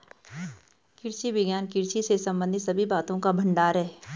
कृषि विज्ञान कृषि से संबंधित सभी बातों का भंडार है